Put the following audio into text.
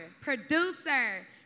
producer